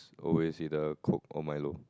always either Coke or Milo